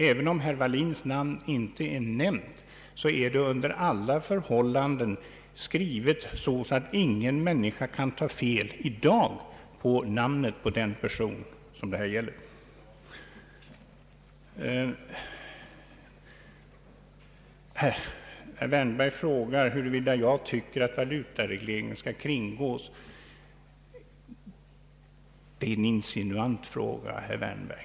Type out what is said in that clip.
även om herr Wallins namn inte är nämnt, är det under alla förhållanden skrivet så att ingen människa i dag kan ta fel på namnet på den person det här gäller. Herr Wärnberg frågar, huruvida jag tycker att valutaregleringen skall kringgås. Det är en insinuant fråga, herr Wärnberg.